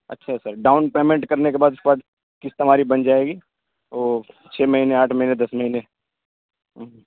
اچھا sir down payment کرنے کے بعد اس کے بعد قسط ہماری بن جائے گی اور چھ مہینے آٹھ مہینے دس مہینے اوں ہوں